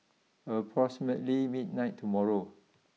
approximately midnight tomorrow